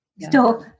Stop